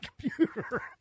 computer